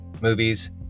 movies